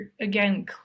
again